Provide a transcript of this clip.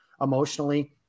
emotionally